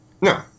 No